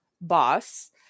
boss